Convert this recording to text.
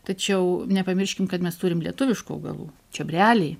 tačiau nepamirškim kad mes turim lietuviškų augalų čiobreliai